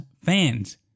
fans